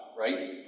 right